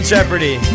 Jeopardy